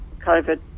COVID